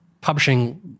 publishing